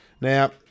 Now